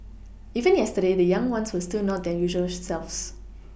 even yesterday the young ones were still not their usual selves